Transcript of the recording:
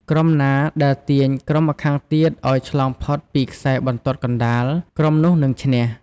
ក្រុមណាដែលទាញក្រុមម្ខាងទៀតឲ្យឆ្លងផុតពីខ្សែបន្ទាត់កណ្ដាល ក្រុមនោះនឹងឈ្នះ។